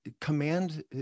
command